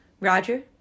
Roger